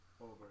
over